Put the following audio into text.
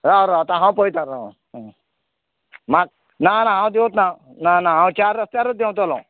राव राव आतां हांव पळयता राव मात ना ना हांव देवत ना ना ना हांव चार रस्त्यारूत देवतलों